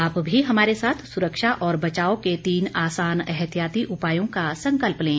आप भी हमारे साथ सुरक्षा और बचाव के तीन आसान एहतियाती उपायों का संकल्प लें